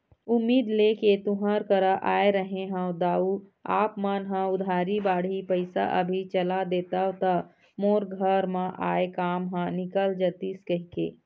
उम्मीद लेके तुँहर करा आय रहें हँव दाऊ आप मन ह उधारी बाड़ही पइसा अभी चला देतेव त मोर घर म आय काम ह निकल जतिस कहिके